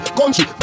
country